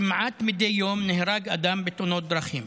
כמעט מדי יום נהרג אדם בתאונות דרכים,